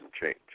change